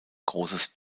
großes